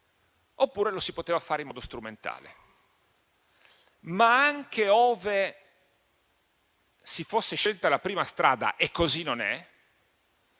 oppure lo si poteva fare in modo strumentale. Ma anche ove si fosse scelta la prima strada - e così non è